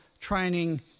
training